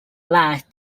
last